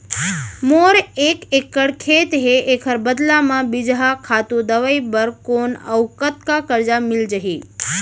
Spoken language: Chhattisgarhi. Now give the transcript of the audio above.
मोर एक एक्कड़ खेत हे, एखर बदला म बीजहा, खातू, दवई बर कोन अऊ कतका करजा मिलिस जाही?